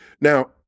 Now